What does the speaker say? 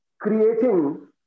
creating